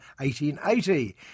1880